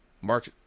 Mark